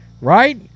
right